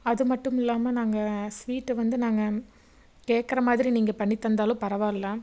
அது மட்டும் இல்லாமல் நாங்கள் ஸ்வீட்டை வந்து நாங்கள் கேட்குற மாதிரி நீங்க பண்ணி தந்தாலும் பரவாயில்ல